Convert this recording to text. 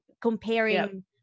comparing